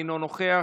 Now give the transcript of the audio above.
אינו נוכח,